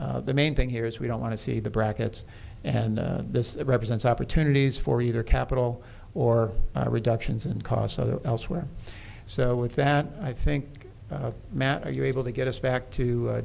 the main thing here is we don't want to see the brackets and this represents opportunities for either capital or reductions in cost of elsewhere so with that i think matt are you able to get us back to